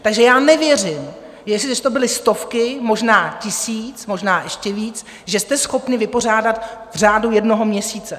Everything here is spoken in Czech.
Takže já nevěřím, jestliže to byly stovky, možná tisíc, možná ještě víc, že jste schopni vypořádat v řádu jednoho měsíce.